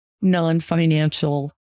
non-financial